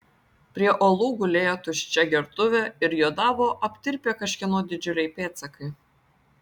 prie uolų gulėjo tuščia gertuvė ir juodavo aptirpę kažkieno didžiuliai pėdsakai